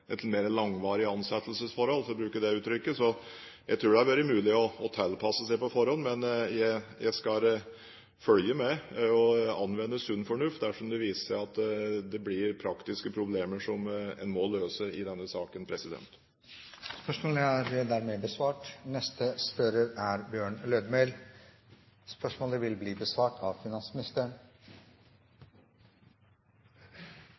et mer langvarig ansettelsesforhold – for å bruke det uttrykket. Jeg tror det hadde vært mulig å tilpasse seg på forhånd, men jeg skal følge med og anvende sunn fornuft dersom det viser seg at det blir praktiske problemer en må løse i denne saken. Stortinget går nå til spørsmål 8. Dette spørsmålet, fra Bjørn Lødemel til olje- og energiministeren, er overført til finansministeren